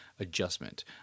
Adjustment